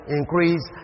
increase